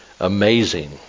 amazing